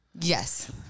Yes